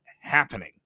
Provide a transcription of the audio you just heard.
happening